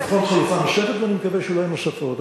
לבחון חלופה נוספת, ואני מקווה שלא יהיו נוספות.